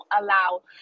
allow